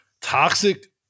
toxic